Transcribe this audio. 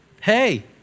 Hey